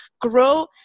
grow